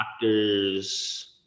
doctors